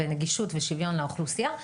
נגישות ושוויון לאוכלוסייה.